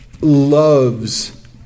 loves